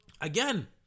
Again